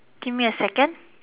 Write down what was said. give me a second